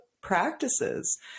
practices